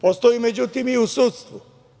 Postoji međutim i u sudstvu.